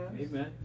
Amen